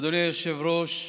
אדוני היושב-ראש,